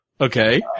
Okay